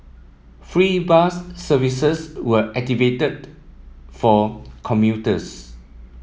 free bus services were activated for commuters